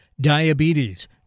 diabetes